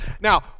Now